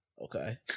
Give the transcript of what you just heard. Okay